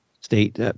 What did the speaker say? state